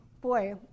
boy